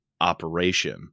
operation